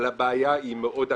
אבל הבעיה היא מאוד אקוטית.